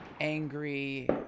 angry